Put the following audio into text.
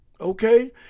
okay